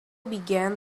began